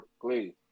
Please